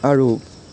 আৰু